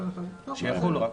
שיחול רק.